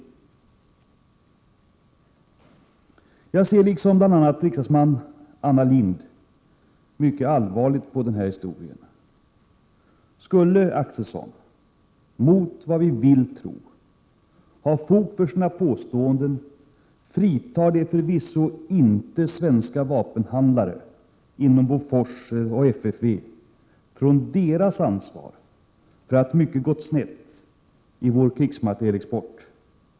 Jag ser, liksom bl.a. förra riksdagsmannen och SSU-ordföranden Anna Lindh, mycket allvarligt på denna historia. Skulle Akselson — mot vad vi vill tro — ha fog för sina påståenden, fritar det förvisso inte svenska vapenhandlare inom Bofors och FFV från deras ansvar för att mycket har gått snett i vår krigsmaterielexport.